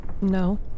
No